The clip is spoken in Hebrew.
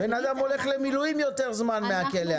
בן אדם הולך למילואים יותר זמן מהכלא הזה.